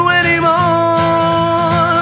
anymore